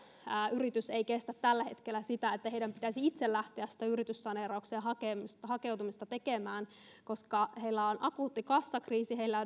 yritys ei kestä tällä hetkellä sitä että heidän pitäisi itse lähteä sitä yrityssaneeraukseen hakeutumista hakeutumista tekemään koska heillä on akuutti kassakriisi heillä